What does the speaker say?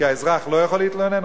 כי האזרח לא יכול להתלונן,